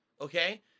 Okay